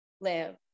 live